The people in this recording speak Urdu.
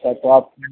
اچھا تو آپ